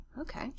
Okay